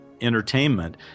entertainment